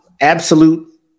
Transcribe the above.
Absolute